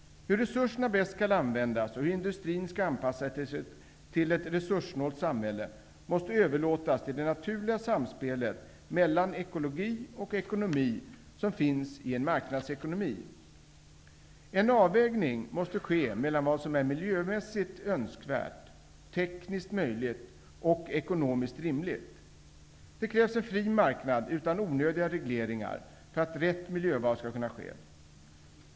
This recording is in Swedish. Hur resurserna bäst skall användas och hur industrin skall anpassa sig till ett resurssnålt samhälle, måste överlåtas till det naturliga samspelet mellan ekologi och ekonomi som finns i en marknadsekonomi. En avvägning måste ske mellan vad som är miljömässigt önskvärt, tekniskt möjligt och ekonomiskt rimligt. Det krävs en fri marknad utan onödiga regleringar för att rätt miljöval skall kunna ske.